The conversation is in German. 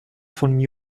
von